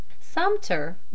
sumter